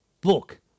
book